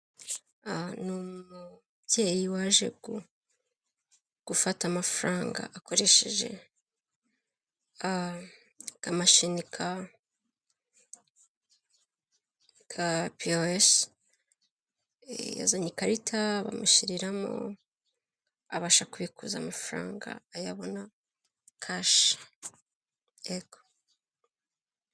Aha ni umubyeyi waje gufata amafaranga akoresheje akamashini ka piyaresi, yazanye ikarita bamushyiriramo, abasha kubikuza amafaranga ayabona kashi, yego.